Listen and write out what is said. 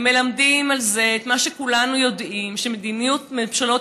מלמדים את מה שכולנו יודעים: שמדיניות ממשלות